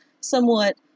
somewhat